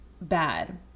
bad